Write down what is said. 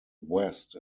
west